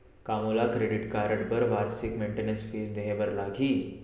का मोला credit card बर वार्षिक मेंटेनेंस फीस देहे बर लागही?